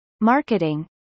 marketing